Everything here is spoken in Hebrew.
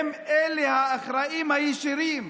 הם אלה האחראים הישירים